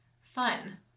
fun